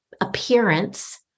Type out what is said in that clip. appearance